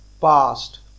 past